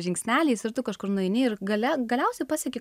žingsneliais ir tu kažkur nueini ir galia galiausiai pasieki